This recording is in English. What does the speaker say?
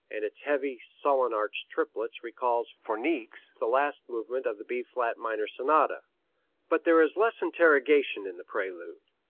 and its heavy, sullen-arched triplets recalls for niecks the last movement of the b flat minor sonata but there is less interrogation in the prelude,